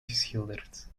geschilderd